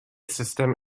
system